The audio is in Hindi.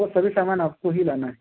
वो सभी सामान आपको ही लाना है